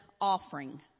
offering